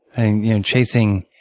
and yeah chasing